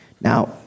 Now